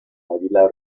águila